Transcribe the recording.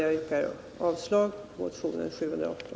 Jag yrkar avslag på motionen 718.